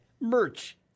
merch